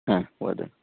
हा वद